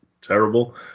terrible